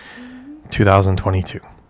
2022